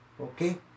Okay